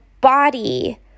body